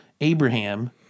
Abraham